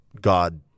God